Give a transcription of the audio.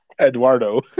Eduardo